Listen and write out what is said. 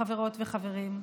חברות וחברים,